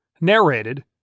Narrated